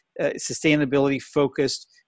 sustainability-focused